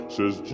Says